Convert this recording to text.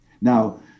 Now